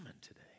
today